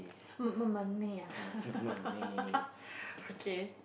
more more money ah okay